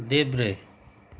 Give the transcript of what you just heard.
देब्रे